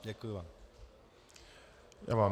Děkuji vám.